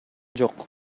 жок